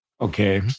Okay